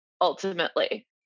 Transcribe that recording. Ultimately